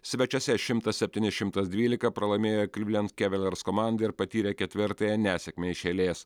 svečiuose šimtas septyni šimtas dvylika pralaimėjo klivlendo kavaliers komandai ir patyrė ketvirtąją nesėkmę iš eilės